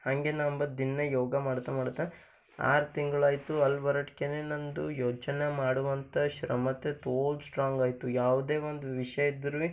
ಹಂಗೆ ನಾ ಅಂಬದು ದಿನ ಯೋಗ ಮಾಡ್ತಾ ಮಾಡ್ತಾ ಆರು ತಿಂಗಳಾಯ್ತು ಅಲ್ಲಿ ಬರೋಟ್ಕೆನೆ ನನ್ನದು ಯೋಚನೆ ಮಾಡುವಂಥ ಶ್ರಮತೆ ತೋಲ ಸ್ಟ್ರಾಂಗಾಯ್ತು ಯಾವುದೇ ಒಂದು ವಿಷಯದ್ದಿರಲಿ